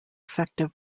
effective